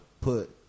put